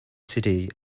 city